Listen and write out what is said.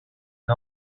可能